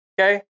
Okay